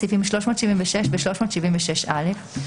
סעיפים 376 ו-376(א).